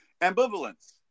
ambivalence